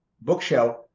bookshelf